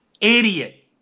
Idiot